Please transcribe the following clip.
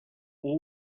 all